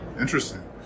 interesting